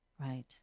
Right